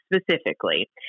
specifically